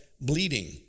bleeding